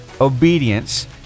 obedience